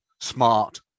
smart